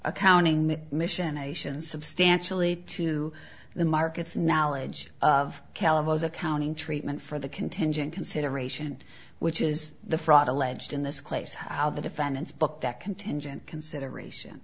accounting mission ations substantially to the markets knowledge of calaveras accounting treatment for the contingent consideration which is the fraud alleged in this case how the defendants book that contingent consideration